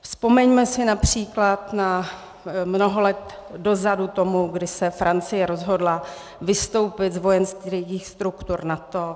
Vzpomeňme si například na mnoho let dozadu tomu, kdy se Francie rozhodla vystoupit z vojenských struktur NATO.